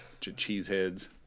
Cheeseheads